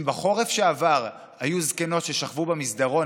אם בחורף שעבר היו זקנות ששכבו במסדרון